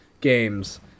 games